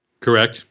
Correct